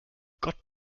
gott